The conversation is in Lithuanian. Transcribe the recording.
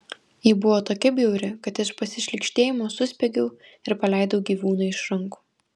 ji buvo tokia bjauri kad iš pasišlykštėjimo suspiegiau ir paleidau gyvūną iš rankų